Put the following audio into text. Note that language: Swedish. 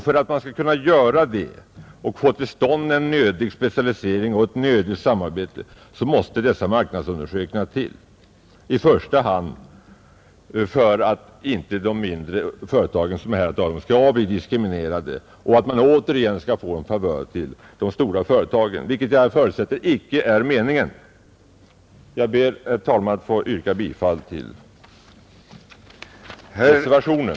För att man skall få till stånd en nödvändig specialisering och ett nödvändigt samarbete måste dessa marknadsundersökningar till, i första hand för att inte de mindre företagen skall bli diskriminerade medan de stora företagen återigen får en favör — vilket jag förutsätter icke är meningen. Jag ber, herr talman, att få yrka bifall till reservationen.